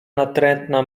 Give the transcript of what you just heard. natrętna